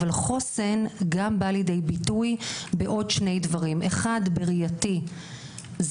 חוסן גם בא לידי ביטוי בעוד שני דברים: בחוק וסדר,